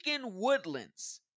woodlands